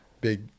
Big